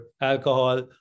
alcohol